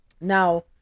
Now